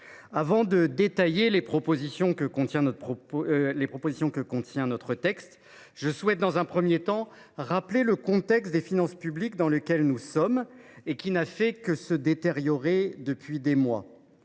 Avant de détailler les propositions que contient notre texte, je souhaite dans un premier temps rappeler le contexte des finances publiques dans lequel nous nous trouvons et qui n’a fait que se détériorer depuis des mois.